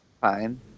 Fine